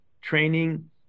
training